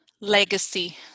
Legacy